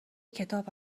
کتاب